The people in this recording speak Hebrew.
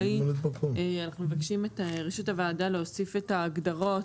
אנחנו מבקשים את רשות הוועדה להוסיף את ההגדרות,